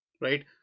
right